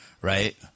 right